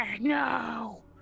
no